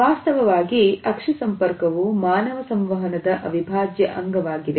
ವಾಸ್ತವವಾಗಿ ಅಕ್ಷಿ ಸಂಪರ್ಕವು ಮಾನವ ಸಂವಹನದ ಅವಿಭಾಜ್ಯ ಅಂಗವಾಗಿದೆ